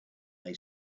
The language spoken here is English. they